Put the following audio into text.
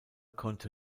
konnte